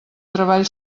treball